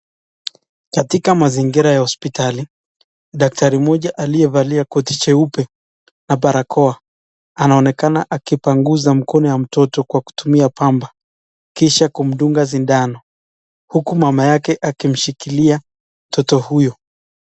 Katika mazingira ya hospotali, daktari mmoja aliyevalia koti jeupe na barakoa, anaonekana akipanguza mkono ya mtoto kwa kutumia pamba, kisha kumdunga sindano, huku mama yake akimshikilia mtoto huyu.